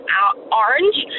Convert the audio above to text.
orange